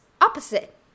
opposite